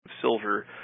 silver